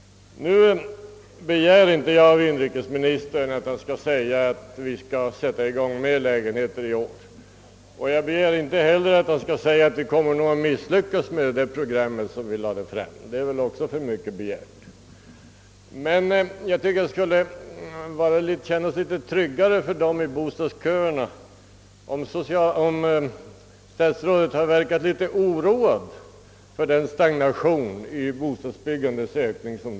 Jag begär inte att inrikesministern skall säga: Vi skall sätta i gång flera lägenheter i år. Jag fordrar heller inte att han skall säga att regeringen kommer att misslyckas med det program som framlagts. Det vore för mycket begärt. Men jag tycker att det för dem som står i bostadsköerna skulle kännas litet tryggare, om statsrådet åtminstone verkade litet oroad över den stagnation i bostadsbyggandet som nu föreligger.